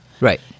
right